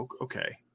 Okay